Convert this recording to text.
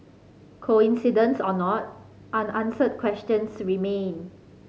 coincidence or not unanswered questions remain